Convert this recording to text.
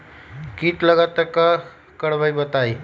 कीट लगत त क करब बताई?